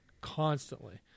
constantly